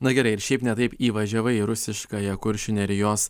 na gerai ir šiaip ne taip įvažiavai į rusiškąją kuršių nerijos